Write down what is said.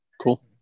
Cool